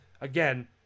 Again